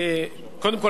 קודם כול,